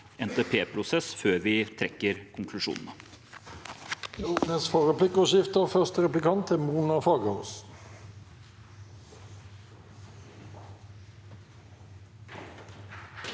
NTP-prosess før vi trekker konklusjonene.